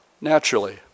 naturally